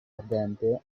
ardente